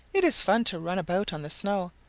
it is fun to run about on the snow.